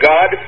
God